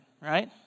right